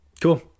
cool